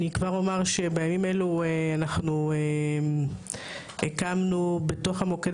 אני כבר אומר שבימים אלו אנחנו הקמנו בתוך המוקד